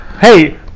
Hey